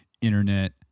internet